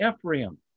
Ephraim